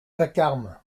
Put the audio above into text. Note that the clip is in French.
vacarme